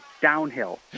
downhill